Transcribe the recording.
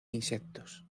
insectos